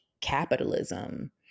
capitalism